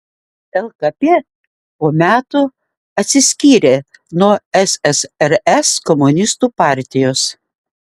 lkp po metų atsiskyrė nuo ssrs komunistų partijos